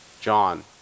John